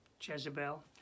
Jezebel